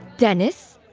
dennis?